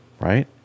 Right